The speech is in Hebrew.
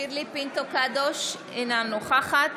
שירלי פינטו קדוש, אינה נוכחת